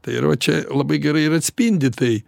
tai ir va čia labai gerai ir atspindi tai